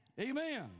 Amen